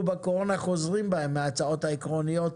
בקורונה חוזרים בהם מההצעות העקרוניות.